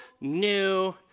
new